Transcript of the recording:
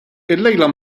illejla